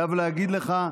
אני חייב להגיד לך,